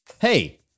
Hey